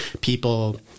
people